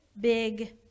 big